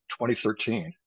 2013